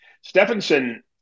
Stephenson